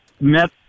met